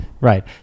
Right